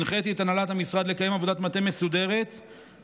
הנחיתי את הנהלת המשרד לקיים עבודת מטה מסודרת לקדם